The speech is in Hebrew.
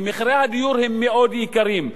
כי מחירי הדיור הם מאוד יקרים.